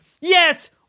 yes